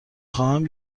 خواهم